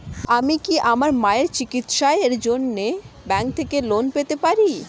আমি কি আমার মায়ের চিকিত্সায়ের জন্য ব্যঙ্ক থেকে লোন পেতে পারি?